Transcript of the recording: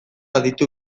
aditu